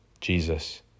Jesus